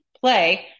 play